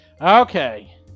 Okay